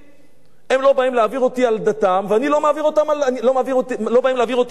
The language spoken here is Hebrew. הם לא באים להעביר אותי על דתי ואני לא בא להעביר אותם על דתם.